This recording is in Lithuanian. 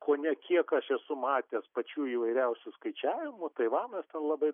kone kiek aš esu matęs pačių įvairiausių skaičiavimų taivanas labai